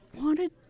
wanted